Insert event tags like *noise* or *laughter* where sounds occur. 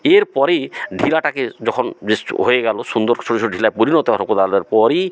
এর পরে ঢিলাটাকে যখন বেশ হয়ে গেলো সুন্দর ছোটো ছোটো ঢিলায় পরিণত *unintelligible* পরই